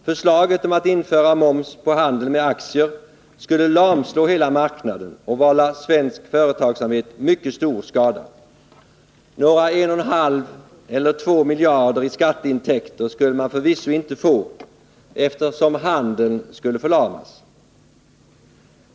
Förslaget om att införa moms på handeln med aktier skulle lamslå hela marknaden och vålla svensk företagsamhet mycket stor skada. Några 1,5 eller 2 miljarder i skatteintäkter skulle man förvisso inte få, eftersom handeln skulle förlamas.